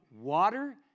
water